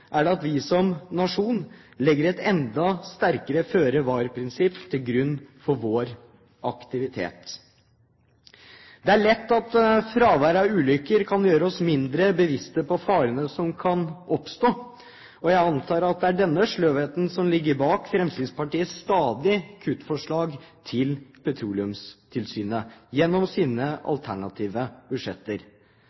er det at vi som nasjon legger et enda sterkere føre-var-prinsipp til grunn for vår aktivitet. Det blir fort at fravær av ulykker kan gjøre oss mindre bevisste på farene som kan oppstå. Jeg antar at det er denne sløvheten som ligger bak Fremskrittspartiets stadige forslag om kutt i bevilgningene til Petroleumstilsynet, gjennom sine